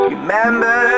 Remember